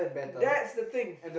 that's the thing